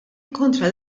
kontra